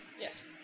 Yes